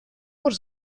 пор